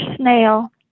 snail